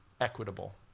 equitable